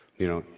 you know,